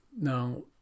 now